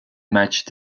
matchs